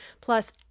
plus